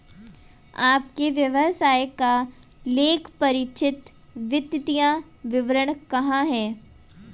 आपके व्यवसाय का लेखापरीक्षित वित्तीय विवरण कहाँ है?